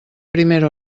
primera